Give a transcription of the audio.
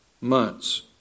months